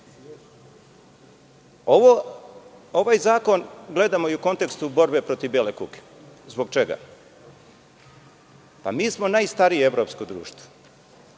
zakon gledamo i u kontekstu borbe protiv bele kuge. Zbog čega? Pa, mi smo najstarije evropsko društvo.